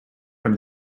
from